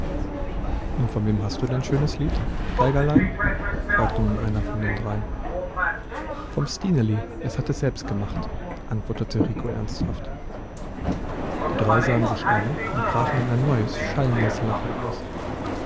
und von wem hast du dein schönes lied geigerlein fragte nun einer von den dreien vom stineli es hat es selbst gemacht antwortete rico ernsthaft die drei sahen sich an und brachen in ein neues schallendes lachen aus